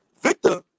Victor